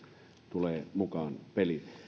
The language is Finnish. tulee mukaan peliin